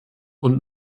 und